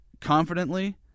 confidently